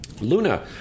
Luna